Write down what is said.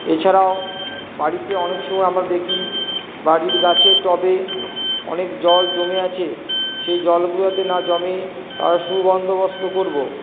এছাড়াও বাড়িতে অনেক সময় আমরা দেখি বাড়ির গাছের টবে অনেক জল জমে আছে সেই জলগুলো যাতে না জমে তার সুবন্দোবস্ত করবো